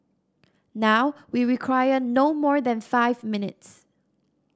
now we require no more than five minutes